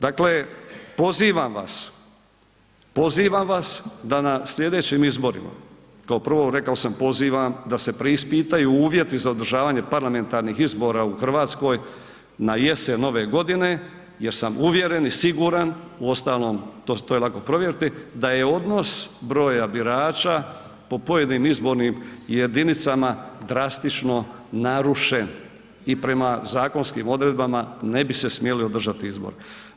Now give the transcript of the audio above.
Dakle, pozivam vas da na slijedećim izborima, kao prvo, rekao sam pozivam da se preispitaju uvjeti za održavanje parlamentarnih izbora u Hrvatskoj na jesen ove godine jer sam uvjeren i siguran uostalom, to je lako provjeriti, da je odnos broja birača po pojedinim izbornim jedinicama drastično narušen i prema zakonskim odredbama ne bi se smjeli održati izbori.